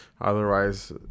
Otherwise